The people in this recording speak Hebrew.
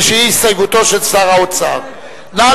נא